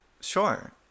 Sure